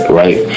right